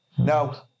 Now